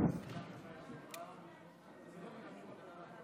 חברת הכנסת וסרמן.